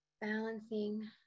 Balancing